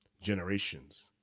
generations